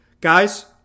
Guys